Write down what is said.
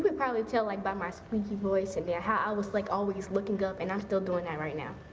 but probably tell like by my squeaky voice and how i was like always looking up and i'm still doing that right now.